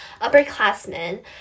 upperclassmen